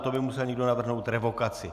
To by musel někdo navrhnout revokaci.